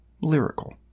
lyrical